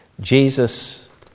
Jesus